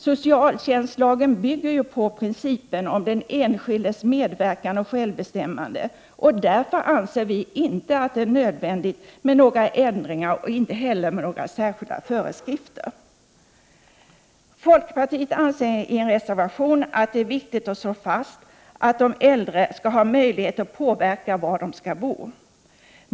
Socialtjänstlagen bygger på principen om den enskildes medverkan och självbestämmande, och därför anser vi det inte nödvändigt med några ändringar eller särskilda föreskrifter. Folkpartiet anser i en reservation att det är viktigt att slå fast att de äldre skall ha möjlighet att påverka var de skall bo.